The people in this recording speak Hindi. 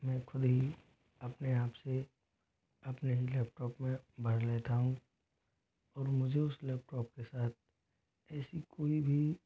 मैं खुद ही अपने आप से अपने ही लैपटॉप में भर लेता हूँ और मुझे उस लैपटॉप के साथ ऐसी कोई भी